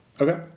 Okay